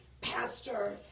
Pastor